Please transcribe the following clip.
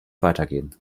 weitergehen